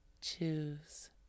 choose